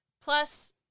Plus